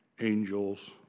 angels